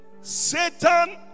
Satan